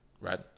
right